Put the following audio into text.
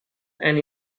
and